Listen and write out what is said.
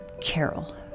Carol